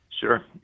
Sure